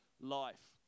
life